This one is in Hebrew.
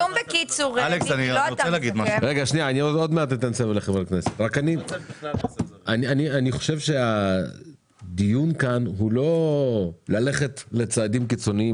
אני חושב שהדיון כאן הוא לא ללכת לצעדים קיצוניים,